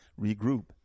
regroup